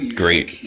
great